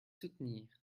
soutenir